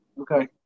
Okay